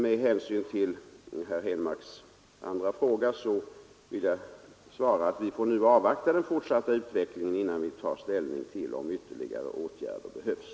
Med anledning av herr Henmarks andra fråga vill jag svara att vi nu får avvakta den fortsatta utvecklingen innan vi tar ställning till om ytterligare åtgärder behövs.